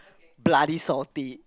bloody salty